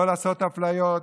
לא לעשות אפליות,